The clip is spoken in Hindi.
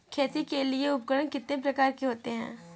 खेती के लिए उपकरण कितने प्रकार के होते हैं?